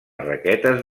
raquetes